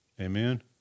Amen